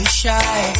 shy